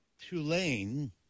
Tulane